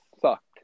sucked